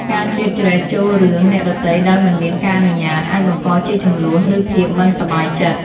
ការជ្រៀតជ្រែកចូលរឿងអ្នកដទៃដោយមិនមានការអនុញ្ញាត អាចបង្កជាជម្លោះ ឬភាពមិនសប្បាយចិត្ត។